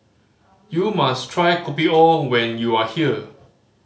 you must try Kopi O when you are here